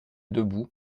debout